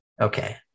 okay